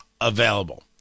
available